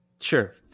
Sure